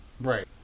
right